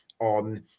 on